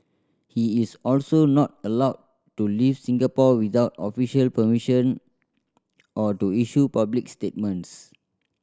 he is also not allowed to leave Singapore without official permission or to issue public statements